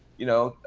you know,